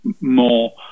more